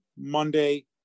monday